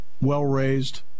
Well-raised